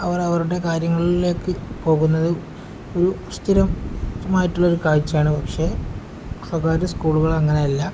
അവർ അവരുടെ കാര്യങ്ങളിലേക്ക് പോകുന്നത് ഒരു സ്ഥിരമായിട്ടുള്ളൊരു കാഴ്ചയാണ് പക്ഷെ സ്വകാര്യ സ്കൂളുകൾ അങ്ങനെയല്ല